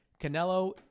Canelo